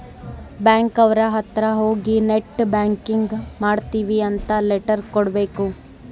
bank ಅವ್ರ ಅತ್ರ ಹೋಗಿ ನೆಟ್ ಬ್ಯಾಂಕಿಂಗ್ ಮಾಡ್ತೀವಿ ಅಂತ ಲೆಟರ್ ಕೊಡ್ಬೇಕು